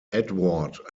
edward